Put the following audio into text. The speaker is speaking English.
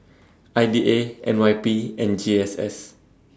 I D A N Y P and G S S